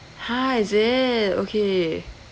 !huh! is it okay